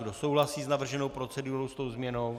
Kdo souhlasí s navrženou procedurou s tou změnou?